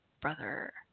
Brother